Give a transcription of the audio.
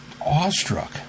awestruck